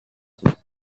sukses